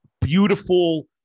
beautiful